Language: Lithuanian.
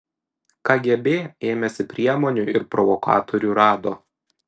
kgb ėmėsi priemonių ir provokatorių rado